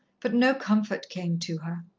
but no comfort came to her.